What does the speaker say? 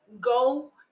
go